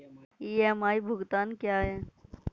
EMI भुगतान क्या है?